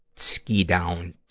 ski down,